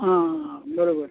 आं बरोबर